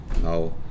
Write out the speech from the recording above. now